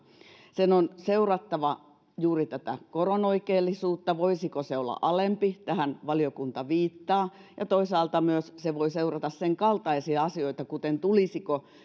sen on seurattava juuri tätä koron oikeellisuutta voisiko se olla alempi tähän valiokunta viittaa ja toisaalta se voi seurata myös sen kaltaisia asioita kuten tulisiko